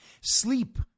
Sleep